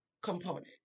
component